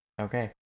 okay